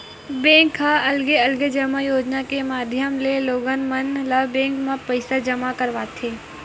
bank ह अलगे अलगे जमा योजना के माधियम ले लोगन मन ल बेंक म पइसा जमा करवाथे